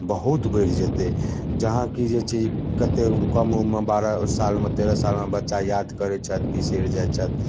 बहुत बढ़ि जेतै जहाँ कि जे छै कतेक कम उम्रमे बारह सालमे तेरह सालमे बच्चा याद करैत छथि बिसरि जाइ छथि